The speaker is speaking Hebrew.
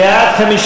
בעד,